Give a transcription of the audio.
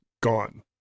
gone